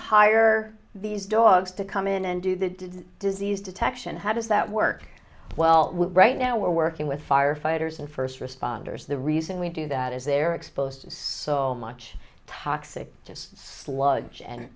hire these dogs to come in and do the disease detection how does that work well right now we're working with firefighters and first responders the reason we do that is they're exposed to so much toxic just sludge and